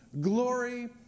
glory